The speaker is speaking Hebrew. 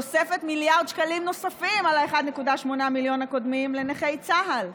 תוספת מיליארד שקלים נוספים על ה-1.8 מיליון הקודמים לנכי צה"ל,